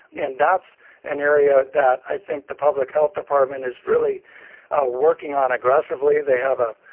and that's an area that i think the public health department is really working on aggressively. they have a,